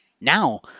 Now